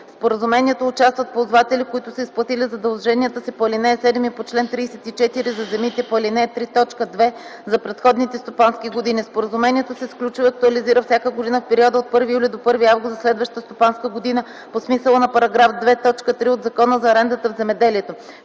В споразумението участват ползватели, които са изплатили задълженията си по ал. 7 и по чл. 34 за земите по ал. 3, т. 2 за предходните стопански години. Споразумението се сключва и актуализира всяка година в периода от 1 юли до 1 август за следващата стопанска година по смисъла на § 2, т. 3 от Закона за арендата в земеделието.